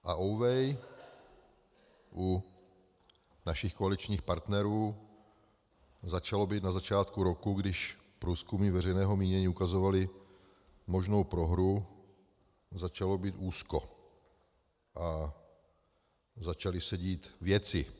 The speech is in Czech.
A ouvej, u našich koaličních partnerů začalo být na začátku roku, když průzkumy veřejného mínění ukazovaly možnou prohru, úzko a začaly se dít věci.